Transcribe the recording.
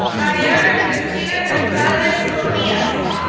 ariana cristina gonzalez-bonillas,